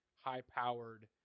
high-powered